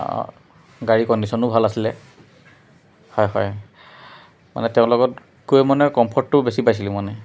গাড়ীৰ কণ্ডিশ্যনো ভাল আছিলে হয় হয় মানে তেওঁ লগত গৈ মানে কমফৰ্টটো বেছি পাইছিলোঁ মানে